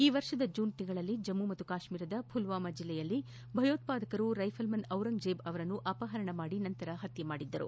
ಈ ವರ್ಷದ ಜೂನ್ನಲ್ಲಿ ಜಮ್ನು ಮತ್ನು ಕಾತೀರದ ಫುಲ್ನಾಮಾ ಜಿಲ್ಲೆಯಲ್ಲಿ ಭಯೋತಾದಕರು ರೈಫಲ್ಮನ್ ಡಿರಂಗಜೇಬ್ ಅವರನ್ನು ಅಪಹರಣ ಮಾಡಿ ನಂತರ ಪತ್ನೆ ಮಾಡಿದ್ದರು